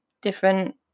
different